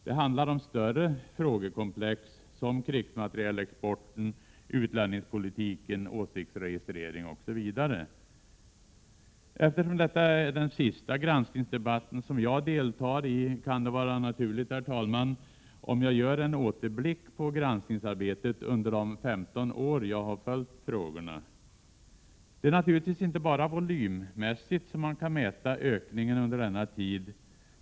Det handlar om större frågekomplex som krigsmaterielexporten, utlänningspolitiken, åsiktsregistrering osv. Herr talman! Eftersom detta är den sista granskningsdebatten som jag deltar i kan det vara naturligt om jag gör en återblick på granskningsarbetet under de 15 år jag har följt frågorna. Det är naturligtvis inte bara volymmässigt som man kan mäta ökningen under denna tid.